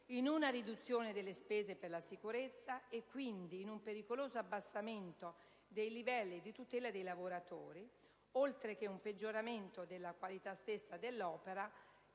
in una riduzione delle spese per la sicurezza, e quindi, in un pericoloso abbassamento dei livelli di tutela dei lavoratori, oltre che in un peggioramento della qualità stessa dell'opera